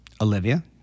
Olivia